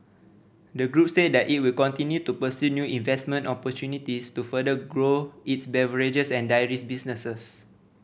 the group said that it will continue to pursue new investment opportunities to further grow its beverages and dairies businesses